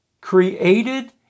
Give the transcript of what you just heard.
created